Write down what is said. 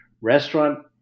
restaurant